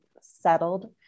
settled